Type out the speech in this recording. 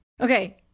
okay